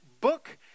book